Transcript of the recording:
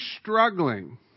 struggling